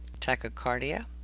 tachycardia